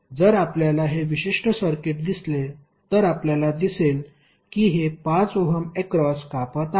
जर आपल्याला हे विशिष्ट सर्किट दिसले तर आपल्याला दिसेल की हे 5 ओहम अक्रॉस कापत आहे